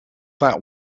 that